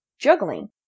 juggling